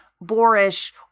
boorish